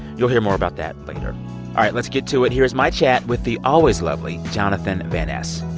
you'll hear more about that later all right, let's get to it. here's my chat with the always lovely jonathan van ness